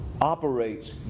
operates